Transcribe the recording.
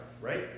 right